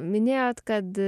minėjot kad